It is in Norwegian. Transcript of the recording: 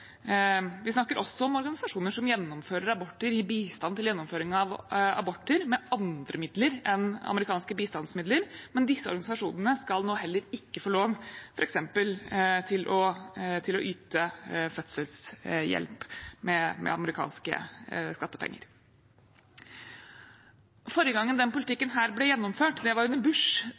Vi snakker også om organisasjoner som gjennomfører aborter, gir bistand til gjennomføring av aborter med andre midler enn amerikanske bistandsmidler, men disse organisasjonene skal nå heller ikke få lov f.eks. til å yte fødselshjelp med amerikanske skattepenger. Forrige gang denne politikken ble gjennomført, under Bush, innebar det